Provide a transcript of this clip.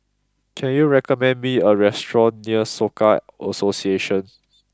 can you recommend me a restaurant near Soka Association